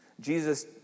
Jesus